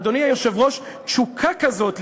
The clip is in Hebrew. אדוני היושב-ראש תשוקה כזאת,